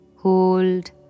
hold